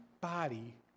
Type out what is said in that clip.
body